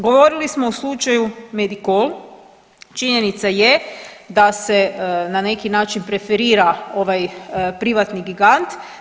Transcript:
Govorili smo o slučaju Medikol, činjenica je da se na neki način preferira ovaj privatni gigant.